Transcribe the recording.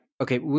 Okay